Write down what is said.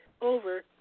Over